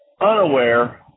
unaware